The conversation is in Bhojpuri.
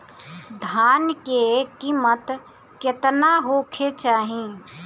धान के किमत केतना होखे चाही?